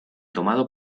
tomado